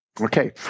Okay